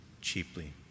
cheaply